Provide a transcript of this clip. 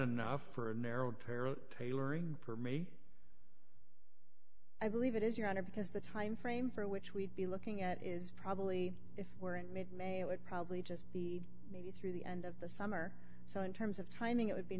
tailoring for me i believe it is your honor because the time frame for which we'd be looking at is probably if we're in mid may it would probably just be maybe through the end of the summer so in terms of timing it would be